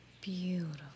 beautiful